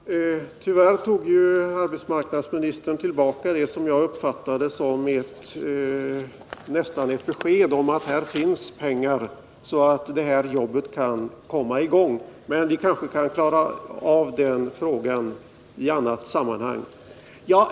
Herr talman! Tyvärr tog arbetsmarknadsministern tillbaka det som jag nästan uppfattade som ett besked om att här finns pengar så att jobbet kan komma i gång. Men vi kanske kan klara av den frågan i annat sammanhang.